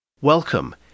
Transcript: Welcome